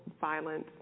violence